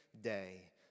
day